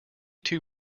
two